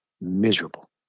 miserable